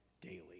daily